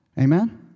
Amen